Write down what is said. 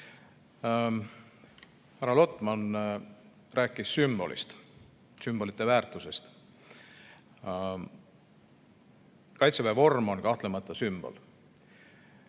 Härra Lotman rääkis sümbolitest, sümbolite väärtusest. Kaitseväe vorm on kahtlemata sümbol. Minul